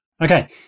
Okay